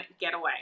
Getaway